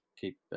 keep